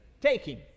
taking